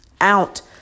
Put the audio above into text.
out